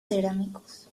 cerámicos